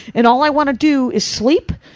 and all i want to do is sleep,